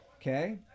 okay